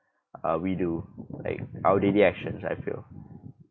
uh we do like our daily actions I feel